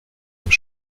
même